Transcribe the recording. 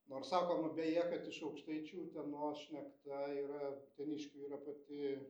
nors sakoma beje kad iš aukštaičių utenos šnekta yra uteniškių yra pati